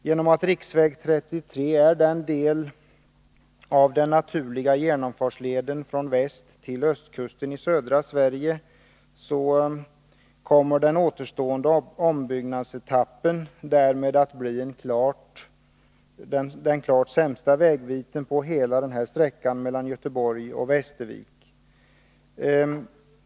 Genom att riksväg 33 är den naturliga genomfartsleden från västtill östkusten i södra Sverige kommer den återstående ombyggnadsetappen att bli den klart sämsta delen av sträckan mellan Göteborg och Västervik.